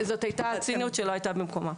זאת הייתה ציניות שלא הייתה במקומה.